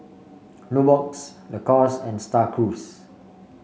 Nubox Lacoste and Star Cruise